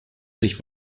sich